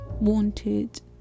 wanted